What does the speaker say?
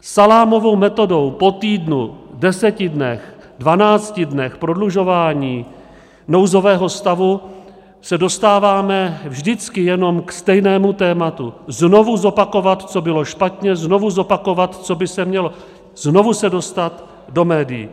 Salámovou metodou po týdnu, deseti dnech, dvanácti dnech prodlužování nouzového stavu se dostáváme vždycky jenom k stejnému tématu znovu zopakovat, co bylo špatně, znovu zopakovat, co by se mělo, znovu se dostat do médií.